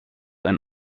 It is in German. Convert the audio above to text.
ein